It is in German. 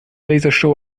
lasershow